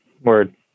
Word